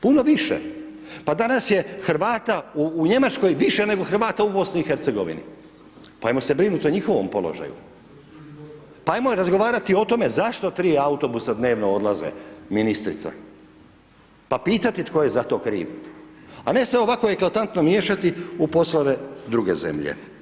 Pa danas je Hrvata u Njemačkoj više nego Hrvata u BiH, pa ajmo se brinuti o njihovom položaju, pa ajmo razgovarati o tome zašto tri autobusa dnevno odlaze ministrice, pa pitati tko je za to kriv, a ne se ovako eklatantno miješati u poslove druge zemlje.